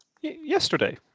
Yesterday